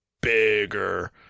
bigger